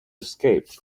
escape